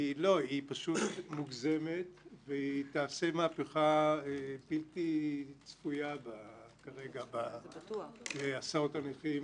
היא פשוט מוגזמת ותעשה מהפכה בלתי צפויה כרגע בהסעות הנכים